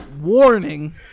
warning